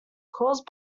caused